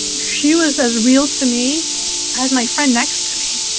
she was as real to me as my friend next to me.